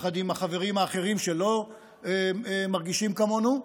יחד עם החברים האחרים שלא מרגישים כמונו,